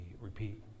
repeat